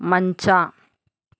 ಮಂಚ